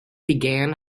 began